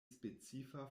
specifa